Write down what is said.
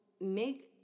make